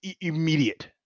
immediate